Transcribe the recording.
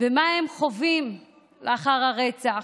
ומה הם חווים לאחר הרצח,